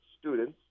students